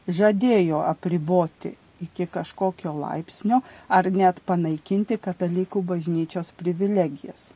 žadėjo apriboti iki kažkokio laipsnio ar net panaikinti katalikų bažnyčios privilegijas